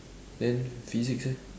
then physics eh